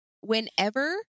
whenever